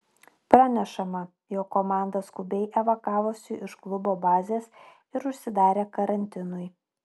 pranešama jog komanda skubiai evakavosi iš klubo bazės ir užsidarė karantinui